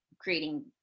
creating